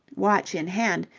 watch in hand,